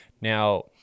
Now